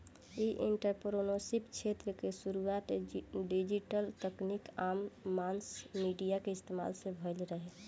इ एंटरप्रेन्योरशिप क्षेत्र के शुरुआत डिजिटल तकनीक आ मास मीडिया के इस्तमाल से भईल रहे